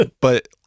but-